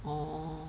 orh